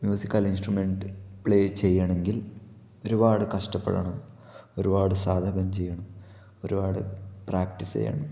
musical instrument play ചെയ്യണമെങ്കില് ഒരുപാട് കഷ്ടപ്പെടണം ഒരുപാട് സാധകം ചെയ്യണം ഒരുപാട് പ്രാക്ടീസ് ചെയ്യണം